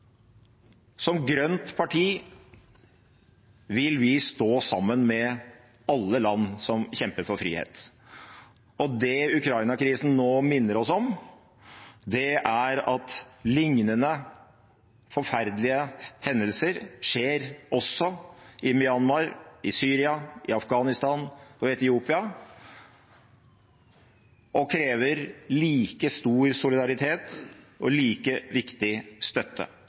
Som grønt parti vil vi stå sammen med alle land som kjemper for frihet. Det Ukraina-krisen nå minner oss om, er at liknende forferdelige hendelser skjer også i Myanmar, i Syria, i Afghanistan og i Etiopia og krever like stor solidaritet og like viktig støtte.